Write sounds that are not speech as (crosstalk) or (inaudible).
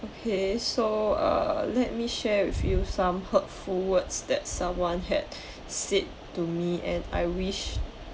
okay so err let me share with you some hurtful words that someone had (breath) said to me and I wish